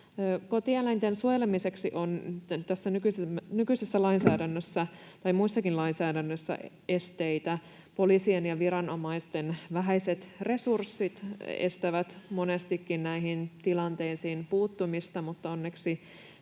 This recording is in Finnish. lainsäädännössä, ja muussakin lainsäädännössä, esteitä. Poliisien ja viranomaisten vähäiset resurssit estävät monestikin näihin tilanteisiin puuttumisen, mutta onneksi